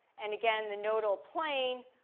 and again, the nodal plane,